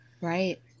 Right